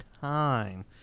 time